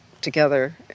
together